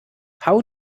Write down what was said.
how